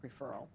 referral